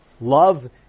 love